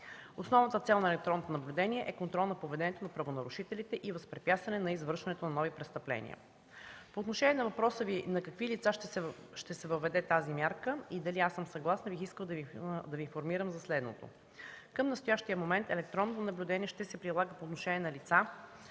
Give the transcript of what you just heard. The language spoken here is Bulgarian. Основната цел на електронното наблюдение е контрол на поведението на правонарушителите и възпрепятстване на извършването на нови престъпления. По отношение на въпроса Ви на какви лица ще се въведе тази мярка и дали аз съм съгласна, бих искала да Ви информирам за следното. Към настоящия момент електронното наблюдение ще се прилага по отношение на лица,